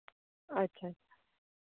अच्छा